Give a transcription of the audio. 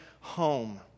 home